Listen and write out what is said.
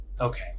Okay